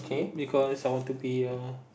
because I want to be a